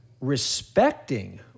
respecting